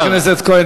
חבר הכנסת כהן,